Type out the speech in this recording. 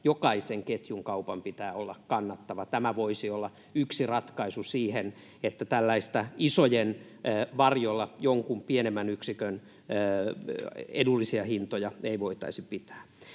jokaisen ketjun kaupan pitää olla kannattava. Tämä voisi olla yksi ratkaisu tähän, että isojen varjolla jonkun pienemmän yksikön edullisia hintoja ei voitaisi pitää.